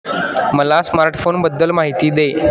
मला स्मार्टफोनबद्दल माहिती दे